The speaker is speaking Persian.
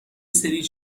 سری